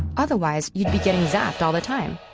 otherwise you'd be getting zapped all the time.